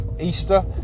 Easter